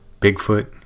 Bigfoot